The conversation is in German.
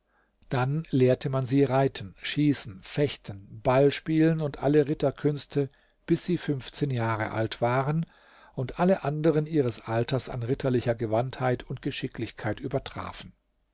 dann lehrte man sie reiten schießen fechten ball spielen und alle ritterkünste bis sie fünfzehn jahre alt waren und alle anderen ihres alters an ritterlicher gewandtheit und geschicklichkeit übertrafen